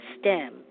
STEM